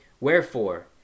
Wherefore